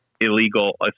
illegal